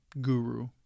guru